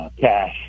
cash